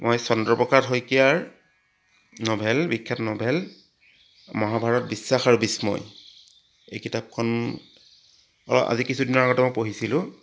মই চন্দ্ৰপ্ৰসাদ শইকীয়াৰ নভেল বিখ্যাত নভেল মহাভাৰত বিশ্বাস আৰু বিস্ময় এই কিতাপখন আজি কিছুদিনৰ আগতে মই পঢ়িছিলোঁ